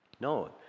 No